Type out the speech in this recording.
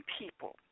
people